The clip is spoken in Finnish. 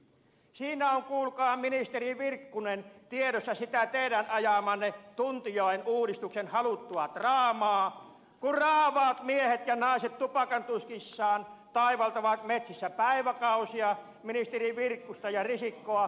siinä on kuulkaa ministeri virkkunen tiedossa sitä teidän ajamaanne tuntijakouudistukseen haluttua draamaa kun raavaat miehet ja naiset tupakantuskissaan taivaltavat metsissä päiväkausia ministeri virkkusta ja ministeri risikkoa kuorossa kiitellen